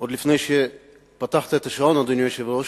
עוד לפני שפתחת את השעון, אדוני היושב-ראש,